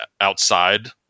outside